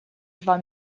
два